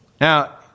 Now